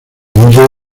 huye